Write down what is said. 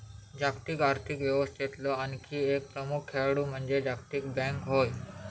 जागतिक आर्थिक व्यवस्थेतलो आणखी एक प्रमुख खेळाडू म्हणजे जागतिक बँक होय